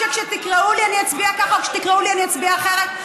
שכשתקראו לי אני אצביע ככה וכשתקראו לי אני אצביע אחרת?